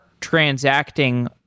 transacting